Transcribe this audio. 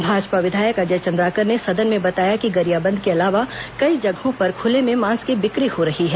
भाजपा विधायक अजय चंद्राकर ने सदन में बताया कि गरियाबंद के अलावा कई जगहों पर खुले में मांस की बिक्री हो रही है